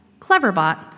Cleverbot